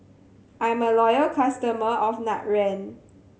I'm a loyal customer of Nutren